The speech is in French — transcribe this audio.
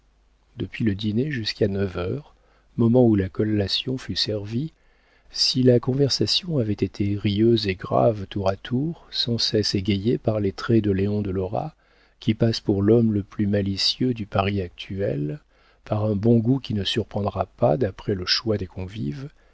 depuis le dîner jusqu'à neuf heures moment où la collation fut servie si la conversation avait été rieuse et grave tour à tour sans cesse égayée par les traits de léon de lora qui passe pour l'homme le plus malicieux du paris actuel par un bon goût qui ne surprendra pas d'après le choix des convives